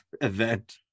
event